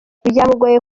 byamugoye